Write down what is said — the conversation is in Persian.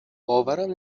باورم